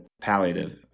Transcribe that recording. Palliative